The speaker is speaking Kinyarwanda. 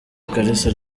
kalisa